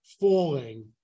falling